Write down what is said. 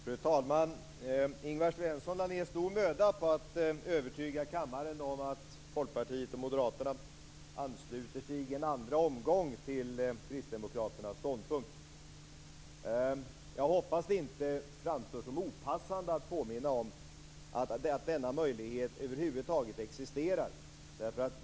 Fru talman! Ingvar Svensson lade ned stor möda på att övertyga kammaren om att Folkpartiet och Kristdemokraternas ståndpunkt. Jag hoppas att det inte framstår som opassande att påminna om att denna möjlighet över huvud taget existerar.